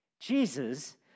Jesus